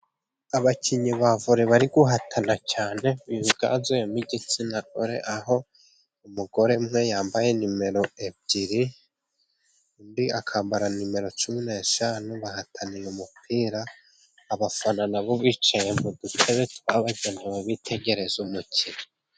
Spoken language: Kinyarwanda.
Abakinnyi ba vore bari guhatana cyane, higanzemo igitsinagorere, aho umugore umwe yambaye nimero ebyiri undi akambara nimero cumi neshanu, bahatanira umupira, abafana nabo bicaye mu dutebe twabo bagenda babitegereza umukino.